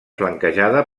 flanquejada